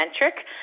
centric